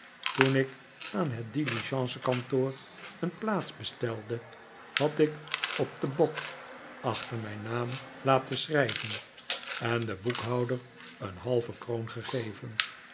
toen ik aan het diligence kantoor een plaats bestelde had ik op den bok achter mijn naam laten schrijven en den boekhouder een halve kroon gegeven